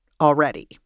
already